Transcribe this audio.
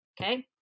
okay